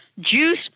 juice